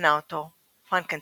מכנה אותו פרנקנשטיין.